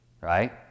right